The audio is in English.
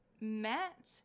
Matt